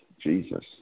Jesus